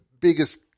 biggest